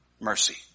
Mercy